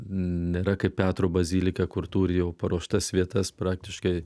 nėra kaip petro bazilika kur turi jau paruoštas vietas praktiškai